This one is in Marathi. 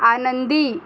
आनंदी